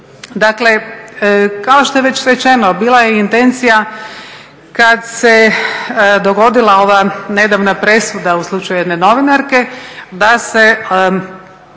Dakle, kao što je već rečeno bila je intencija kad se dogodila ova nedavna presuda u slučaju jedne novinarke da se